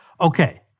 Okay